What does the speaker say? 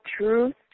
truth